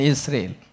Israel